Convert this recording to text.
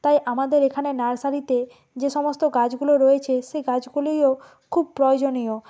তাই আমাদের এখানে নার্সারিতে যে সমস্ত গাছগুলো রয়েছে সেই গাছগুলিও খুব প্রয়োজনীয়